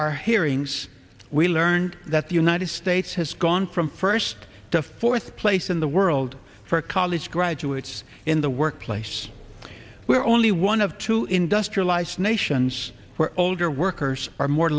our hearings we learned that the united states has gone from first to fourth place in the world for college graduates in the workplace where only one of two industrialized nations where older workers are more